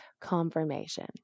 confirmation